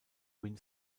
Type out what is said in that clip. wynn